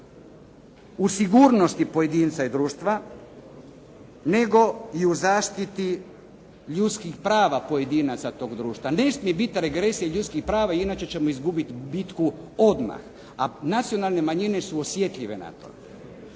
u sigurnosti pojedinca i društva, nego i u zaštiti ljudskim prava pojedinaca tog društva. Ne smije biti regresije ljudskih prava, inače ćemo izgubiti bitku odmah, a nacionalne manjine su osjetljive na to.